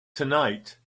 tonight